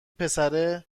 پسره